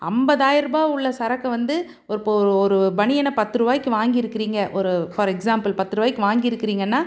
ஐம்பதாயர் ரூபா உள்ளே சரக்கை வந்து ஒரு ஒரு பனியன பத்து ருபாய்க்கு வாங்கிருக்குறீங்க ஒரு ஃபார் எக்ஸ்சாம்புள் பத்து ருபாய்க்கு வாங்கிருக்கிறீங்கன்னா